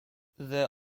there